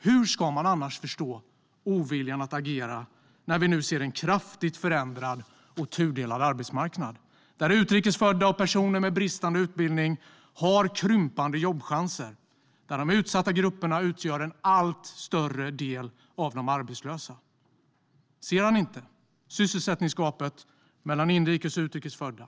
Hur ska man annars förstå oviljan att agera när vi nu ser en kraftigt förändrad och tudelad arbetsmarknad där utrikes födda och personer med bristande utbildning har krympande jobbchanser och där de utsatta grupperna utgör en allt större del av de arbetslösa? Ser han inte sysselsättningsgapet mellan inrikes och utrikes födda?